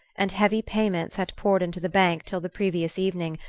and heavy payments had poured into the bank till the previous evening,